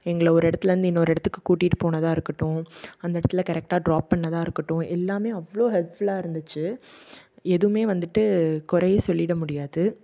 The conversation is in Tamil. எங்களை ஒரு இடத்துல இருந்து இன்னொரு இடத்துக்கு கூட்டிகிட்டு போனதாக இருக்கட்டும் அந்த இடத்துல கரெக்டாக டிராப் பண்ணிணதா இருக்கட்டும் எல்லாமே அவ்வளோ ஹெல்ப்ஃபுல்லா இருந்துச்சு எதுவுமே வந்துட்டு குறையே சொல்லிட முடியாது